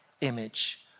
image